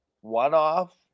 one-off